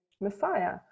Messiah